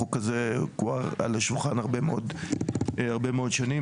החוק הזה נמצא על השולחן הרבה מאוד שנים.